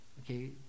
okay